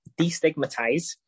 destigmatize